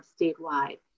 statewide